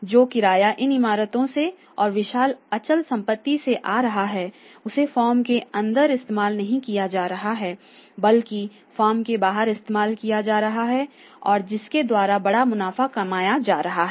जो किराया इन इमारतों और विशाल अचल संपत्ति से आ रहा है उसे फॉर्म के अंदर इस्तेमाल नहीं किया जा रहा है बल्कि फॉर्म के बाहर इस्तेमाल किया जा रहा है जिसके द्वारा बड़ा मुनाफा कमाया जा रहा है